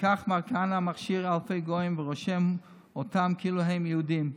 וכך מר כהנא מכשיר אלפי גויים ורושם אותם כאילו הם יהודים.